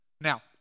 Now